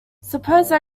suppose